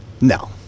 No